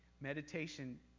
Meditation